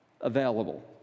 available